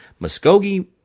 Muskogee